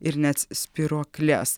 ir nets spyruokles